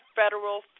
federal